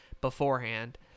beforehand